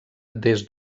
des